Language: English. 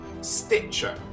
stitcher